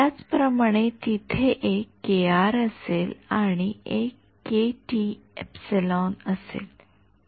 त्याचप्रमाणे तिथे एक असेल आणि एक असेल